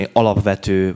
alapvető